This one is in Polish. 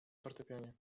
fortepianie